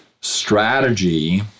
Strategy